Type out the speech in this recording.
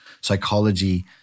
Psychology